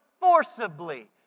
forcibly